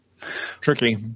Tricky